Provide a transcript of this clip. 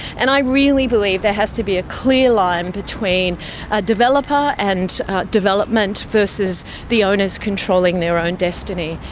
and i really believe there has to be a clear line between a developer and development versus the owners controlling their own destiny,